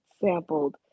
sampled